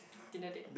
Tinder date